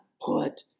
put